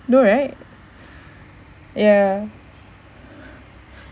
no right ya